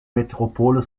metropole